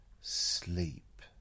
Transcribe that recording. sleep